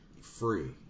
free